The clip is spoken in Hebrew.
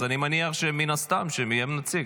אז אני מניח מן הסתם שיהיה נציג.